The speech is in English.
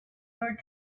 your